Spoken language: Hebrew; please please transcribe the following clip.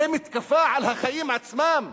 זה מתקפה על החיים עצמם.